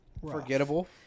Forgettable